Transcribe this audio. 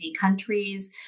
countries